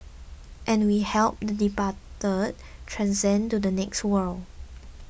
and we help the departed transcend to the next world